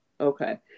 Okay